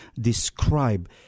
describe